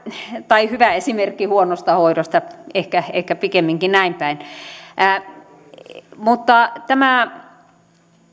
tai hyvä esimerkki huonosta hoidosta ehkä ehkä pikemminkin näinpäin mutta kyllä se